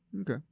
Okay